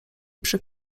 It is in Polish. przy